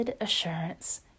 assurance